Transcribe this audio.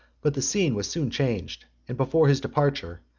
but the scene was soon changed and before his departure,